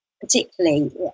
particularly